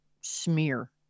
smear